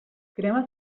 crema